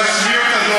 כל הצביעות הזאת,